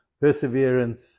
perseverance